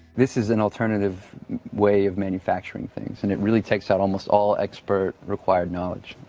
this is an alternative way of manufacturing things and it really takes out almost all expert required knowledge.